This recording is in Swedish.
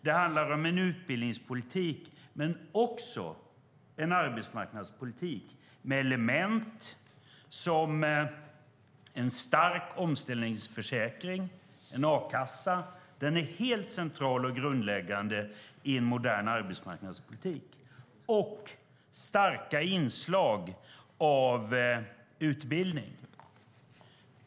Det handlar om en utbildningspolitik men också om en arbetsmarknadspolitik med element som en stark omställningsförsäkring, en a-kassa - den är helt central och grundläggande i en modern arbetsmarknadspolitik - och starka inslag av utbildning.